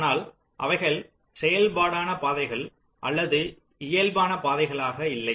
ஆனால் அவைகள் செயல்பாடான பாதைகள் அல்லது இயல்பான பாதைகளாக இல்லை